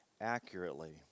accurately